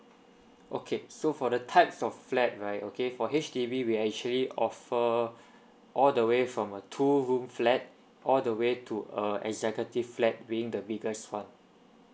okay so for the types of flat right okay for H_D_B we actually offer all the way from a two room flat all the way to uh executive flat being the biggest one